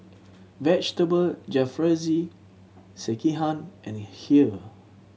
Vegetable Jalfrezi Sekihan and Kheer